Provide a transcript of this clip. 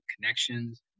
connections